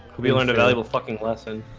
we learned a valuable fucking lesson